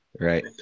Right